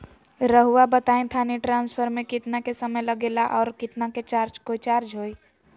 रहुआ बताएं थाने ट्रांसफर में कितना के समय लेगेला और कितना के चार्ज कोई चार्ज होई?